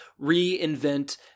reinvent